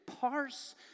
parse